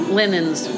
linens